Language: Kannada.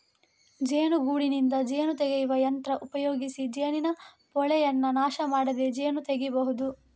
ಜೇನುಗೂಡಿನಿಂದ ಜೇನು ತೆಗೆಯುವ ಯಂತ್ರ ಉಪಯೋಗಿಸಿ ಜೇನಿನ ಪೋಳೆಯನ್ನ ನಾಶ ಮಾಡದೆ ಜೇನು ತೆಗೀಬಹುದು